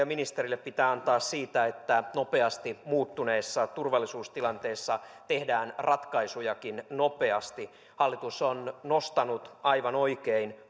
ja ministerille pitää antaa siitä että nopeasti muuttuneessa turvallisuustilanteessa tehdään ratkaisujakin nopeasti hallitus on nostanut aivan oikein